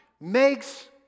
makes